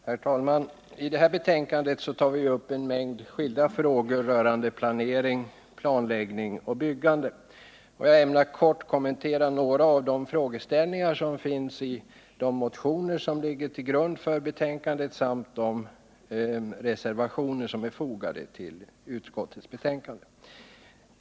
Herr talman! I detta betänkande behandlas en mängd skilda frågor rörande planering, planläggning och byggande. Jag ämnar kort kommentera några av de frågeställningar som finns i de motioner som ligger till grund för betänkandet samt de reservationer som är fogade vid detta.